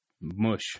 mush